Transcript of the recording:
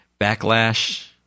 backlash